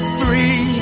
three